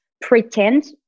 pretend